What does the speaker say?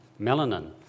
melanin